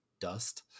dust